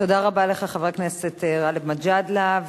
תודה רבה לך, חבר הכנסת גאלב מג'אדלה.